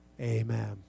amen